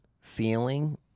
feeling